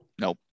Nope